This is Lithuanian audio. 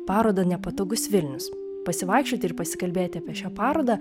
parodą nepatogus vilnius pasivaikščioti ir pasikalbėti apie šią parodą